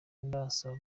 ndasaba